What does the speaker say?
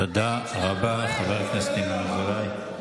תודה רבה, חבר הכנסת ינון אזולאי.